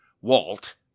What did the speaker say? Walt